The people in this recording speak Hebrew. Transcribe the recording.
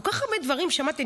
כל כך הרבה דברים שמעתי,